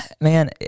man